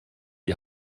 die